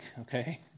okay